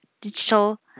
digital